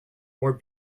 more